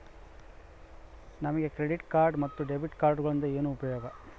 ನಮಗೆ credit card ಮತ್ತು debit ಕಾರ್ಡುಗಳಿಂದ ಏನು ಉಪಯೋಗ?